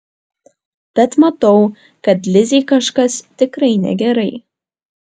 bet matau kad lizei kažkas tikrai negerai